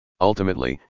Ultimately